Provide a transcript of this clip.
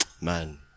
Man